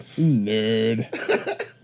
Nerd